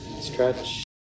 stretch